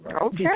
Okay